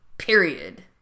Period